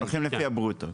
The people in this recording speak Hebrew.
הולכים לפי הברוטו.